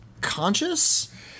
conscious